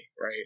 right